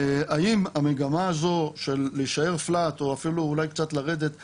האם המגמה הזו של להישאר flat או אפילו אולי קצת לרדת תימשך?